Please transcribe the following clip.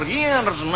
years